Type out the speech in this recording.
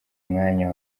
mwanya